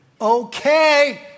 okay